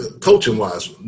Coaching-wise